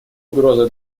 угроза